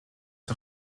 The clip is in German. der